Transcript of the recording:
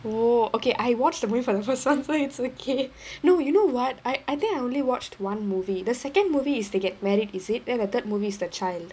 oh okay I watched the movie for the first one so it's okay no you know what I I think I only watched one movie the second movie is they get married is it then the third movie is the child